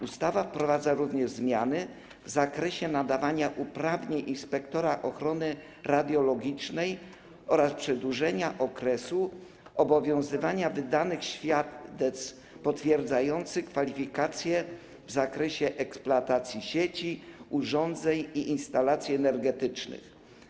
Ustawa wprowadza również zmiany w zakresie nadawania uprawnień inspektora ochrony radiologicznej oraz przedłużenia okresu obowiązywania wydanych świadectw potwierdzających kwalifikacje w zakresie eksploatacji sieci, urządzeń i instalacji energetycznych.